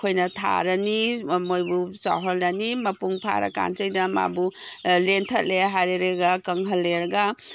ꯑꯩꯈꯣꯏꯅ ꯊꯥꯔꯅꯤ ꯃꯣꯏꯕꯨ ꯆꯥꯎꯍꯜꯂꯅꯤ ꯃꯄꯨꯡ ꯐꯥꯔ ꯀꯥꯟꯁꯤꯗꯩꯗ ꯃꯥꯕꯨ ꯂꯦꯟꯊꯠꯂꯦ ꯍꯥꯏꯔꯦꯔꯒ ꯀꯪꯍꯜꯂꯦꯔꯒ